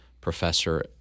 professor